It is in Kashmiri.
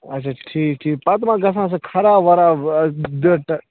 اَچھا اَچھا ٹھیٖک ٹھیٖک پتہٕ ما گَژھان سُہ خراب وَراب ڈٲٹہٕ